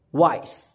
wise